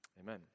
amen